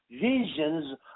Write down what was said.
visions